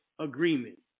agreement